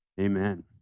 amen